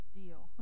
deal